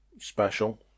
special